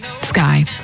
Sky